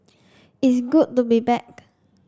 it's good to be back